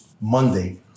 Monday